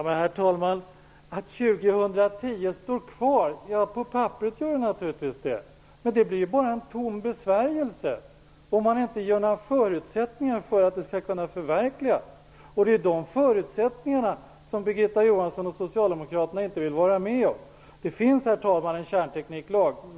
Herr talman! År 2010 står kvar på papperet. Men det blir bara en tom besvärjelse om man inte ger förutsättningar för att det skall förverkligas. Det är de förutsättningarna som Birgitta Johansson och Socialdemokraterna inte vill ge. Herr talman! Det finns en kärntekniklag.